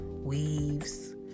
weaves